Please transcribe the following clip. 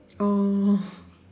oh